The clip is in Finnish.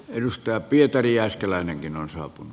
edustaja pietari jääskeläinenkin on saapunut